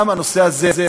גם הנושא הזה,